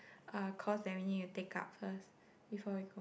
uh course that we need to take up first before we go